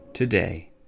Today